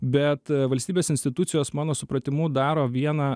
bet valstybės institucijos mano supratimu daro vieną